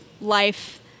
life